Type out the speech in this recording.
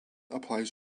applies